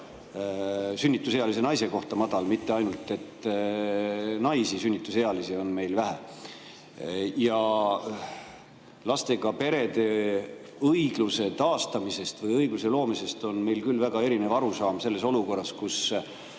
sünnitusealise naise kohta madal, mitte ainult see, et sünnitusealisi naisi on vähe. Lastega peredele õigluse taastamisest või neile õiguse loomisest on meil küll väga erinev arusaam selles olukorras, kus